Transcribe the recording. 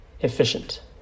efficient